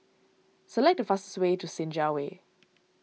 select the fastest way to Senja Way